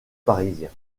parisiens